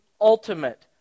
ultimate